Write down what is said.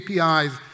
APIs